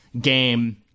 game